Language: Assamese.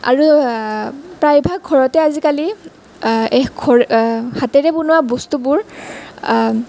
আৰু প্ৰায়ভাগ ঘৰতে আজিকালি হাতেৰে বনোৱা বস্তুবোৰ